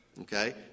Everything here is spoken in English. Okay